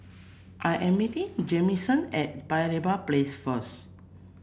I am meeting Jamison at Paya Lebar Place first